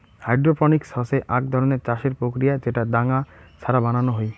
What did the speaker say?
hydroponics হসে আক ধরণের চাষের প্রক্রিয়া যেটা দাঙ্গা ছাড়া বানানো হই